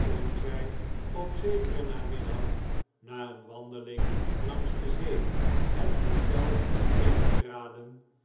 toen zij op zekeren namiddag na een wandeling langs de zee het hotel